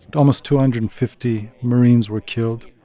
but almost two hundred and fifty marines were killed